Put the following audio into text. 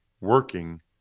working